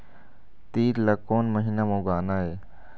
तील ला कोन महीना म उगाना ये?